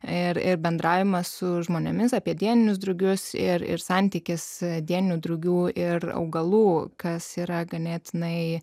ir ir bendravimas su žmonėmis apie dieninius drugius ir ir santykis dieninių drugių ir augalų kas yra ganėtinai